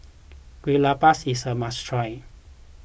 Kue Lupis is a must try